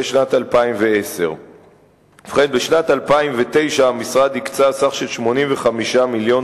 שנת 2010. בשנת 2009 המשרד הקצה סכום של 85 מיליון